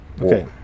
Okay